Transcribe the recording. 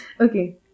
Okay